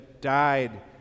died